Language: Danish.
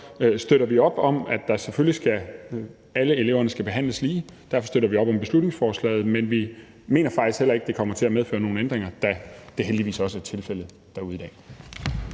at vi støtter op om, at alle eleverne selvfølgelig skal behandles lige, og derfor støtter vi op om beslutningsforslaget, men vi mener faktisk heller ikke, det kommer til at medføre nogen ændringer, da det heldigvis også er tilfældet derude i dag.